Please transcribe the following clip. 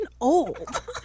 old